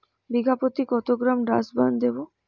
বিঘাপ্রতি কত gram Dursban দেবো?